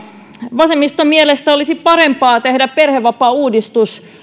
vasemmiston mielestä olisi parempi tehdä perhevapaauudistus